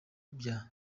bya